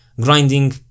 grinding